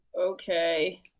Okay